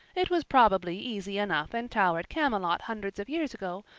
it was probably easy enough in towered camelot hundreds of years ago,